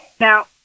Now